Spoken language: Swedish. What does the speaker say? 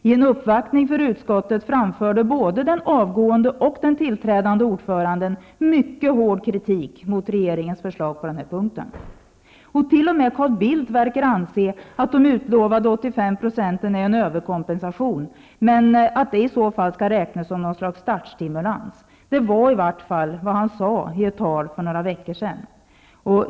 I en uppvaktning för utskottet framförde både den avgående och den tillträdande ordföranden mycket hård kritik mot regeringens förslag. T.o.m. Carl Bildt verkar anse att utlovade 85 % är en överkompensation, men att det i så fall skall räknas som en slags startstimulans. De var i varje fall vad han sa i ett tal för några veckor sedan.